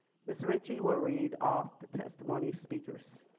ms. ritchie will read off the testimony speakers.